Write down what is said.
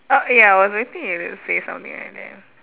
orh ya I was expecting you to say something like that